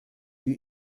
für